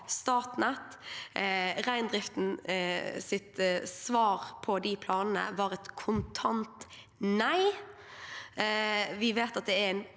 her vet. Reindriftens svar på de planene var et kontant nei. Vi vet at det er en